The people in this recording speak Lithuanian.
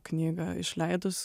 knygą išleidus